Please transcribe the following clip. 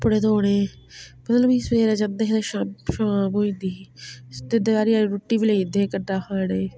कपड़े धोने मतलब कि सवेरै जंदे हे ते शामी शाम होई जंदी ही ते दपैह्रीं आह्ली रुट्टी बी लेई जंदे हे कन्नै खाने गी